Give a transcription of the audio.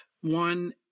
one